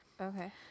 Okay